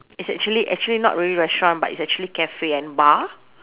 it's actually actually not really restaurant but it's actually cafe and bar